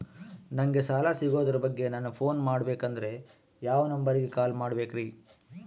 ನಂಗೆ ಸಾಲ ಸಿಗೋದರ ಬಗ್ಗೆ ನನ್ನ ಪೋನ್ ಮಾಡಬೇಕಂದರೆ ಯಾವ ನಂಬರಿಗೆ ಕಾಲ್ ಮಾಡಬೇಕ್ರಿ?